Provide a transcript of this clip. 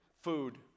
food